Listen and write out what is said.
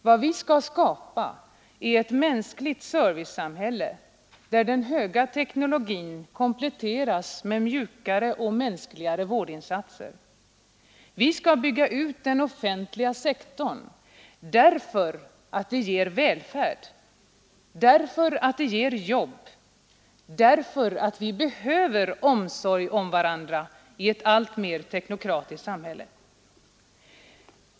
Vad vi skall skapa är ett mänskligt servicesamhälle, där den högtstående teknologin kompletteras med mjukare och mänskligare vårdinsatser. Vi skall bygga ut den offentliga sektorn därför att det ger välfärd, därför att det ger jobb, därför att vi behöver omsorg om varandra i ett alltmer teknokratiskt samhälle.